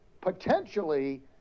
potentially